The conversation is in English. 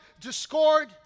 discord